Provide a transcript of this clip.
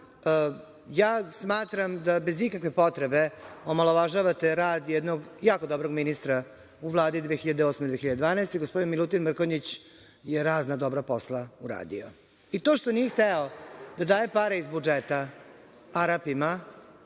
Smatram da bez ikakve potrebe omalovažavate rad jednog jako dobrog ministra u Vladi 2008-2012. godine, gospodin Milutin Mrkonjić je razna dobra posla uradio. To što nije hteo da daje pare iz budžeta Arapima,